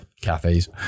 cafes